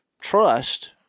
trust